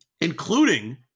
Including